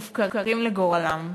מופקרים לגורלם.